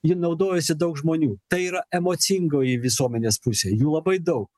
ji naudojasi daug žmonių tai yra emocingoji visuomenės pusė jų labai daug